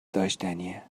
داشتنیه